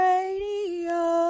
Radio